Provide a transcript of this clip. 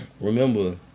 Remember